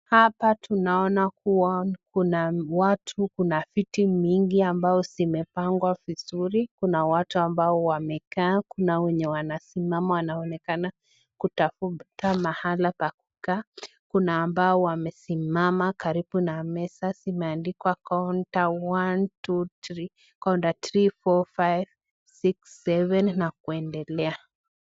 Hapa tunaona kuwa tukona watu Kuna viti mingi ambao zimepangwa vizuri Kuna watu ambao wamekaa Kuna wenye wanasimama, wanaonekana kutafuta mahali pa kukaa karibu na meza zimeandikwa kaonta 1,2 na kaonta 3,4,5,6 ,7 na kuendelea.